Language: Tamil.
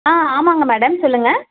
ஆமாங்க மேடம் சொல்லுங்க